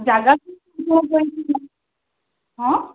ଜାଗା ହଁ